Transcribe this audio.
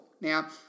Now